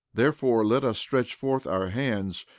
therefore let us stretch forth our hands,